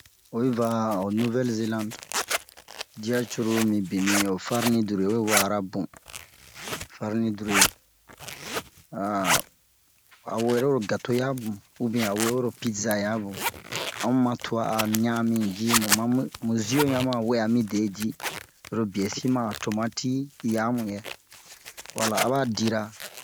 oyi va ho nuvɛl zelande diya curulu mibinni ho ho farni dure we wa'ara bun farni dure a a wera oro gato wabun ubiyɛn a wee oro pidza ya bun amu ma twa a ɲan'anmi ji muma mu ziyo ɲan ma we'a mi de ji oro biyesi ma a tomati yamu yɛ wala aba dira